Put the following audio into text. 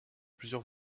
plusieurs